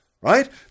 right